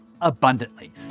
abundantly